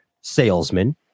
salesman